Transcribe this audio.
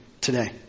today